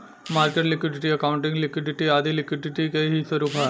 market liquidity, accounting liquidity आदी liquidity के ही स्वरूप है